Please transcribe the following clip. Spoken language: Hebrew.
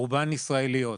רובן ישראליות.